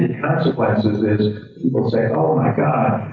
is people say, oh my god,